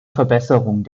verbesserung